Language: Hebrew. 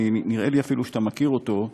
ואפילו נראה לי שאתה מכיר אותו: